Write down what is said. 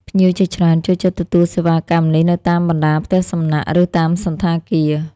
ភ្ញៀវជាច្រើនចូលចិត្តទទួលសេវាកម្មនេះនៅតាមបណ្តាផ្ទះសំណាក់ ឬតាមសណ្ឋាគារ។